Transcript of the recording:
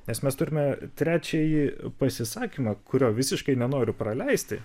nes mes turime trečiąjį pasisakymą kurio visiškai nenoriu praleisti